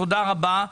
תודה רבה.